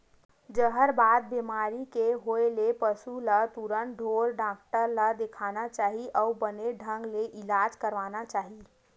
जहरबाद बेमारी के होय ले पसु ल तुरते ढ़ोर डॉक्टर ल देखाना चाही अउ बने ढंग ले इलाज करवाना चाही